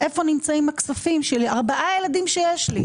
איפה נמצאם הכספים של ארבעה ילדים שיש לי.